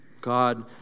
God